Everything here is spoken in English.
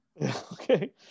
Okay